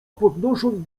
podnosząc